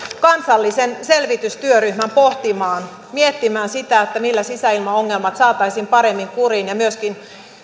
kansallisen selvitystyöryhmän pohtimaan miettimään sitä millä sisäilmaongelmat saataisiin paremmin kuriin ja myöskin